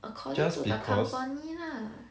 according to the company lah